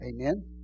Amen